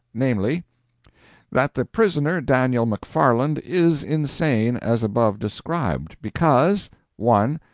namely that the prisoner, daniel mcfarland, is insane as above described. because one.